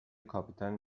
کاپیتان